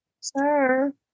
Sir